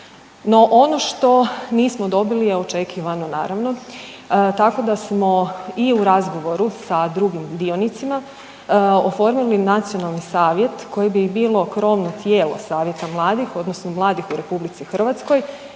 ono što nismo dobili je očekivano naravno tako da smo i u razgovoru sa drugim dionicima oformili Nacionalni savjet koje bi bilo krovno tijelo Savjeta mladih, odnosno mladih u Republici Hrvatskoj